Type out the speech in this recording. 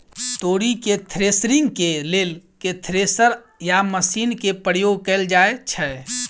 तोरी केँ थ्रेसरिंग केँ लेल केँ थ्रेसर या मशीन केँ प्रयोग कैल जाएँ छैय?